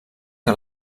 que